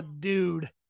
dude